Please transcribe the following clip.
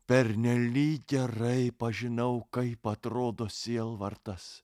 pernelyg gerai pažinau kaip atrodo sielvartas